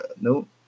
No